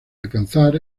alcanzar